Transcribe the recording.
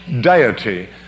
deity